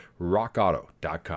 Rockauto.com